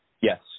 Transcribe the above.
Yes